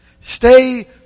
Stay